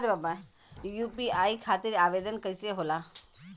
UPI खातिर आवेदन कैसे होला?